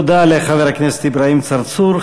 תודה לחבר הכנסת אברהים צרצור.